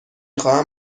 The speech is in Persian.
خواهم